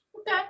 Okay